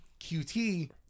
QT